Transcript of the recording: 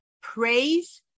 praise